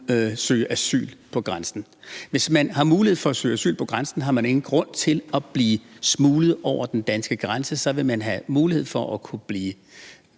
søge asyl ved grænsen? Hvis man har mulighed for at søge asyl ved grænsen, har man ingen grund til at blive smuglet over den danske grænse, for så vil man have mulighed for at blive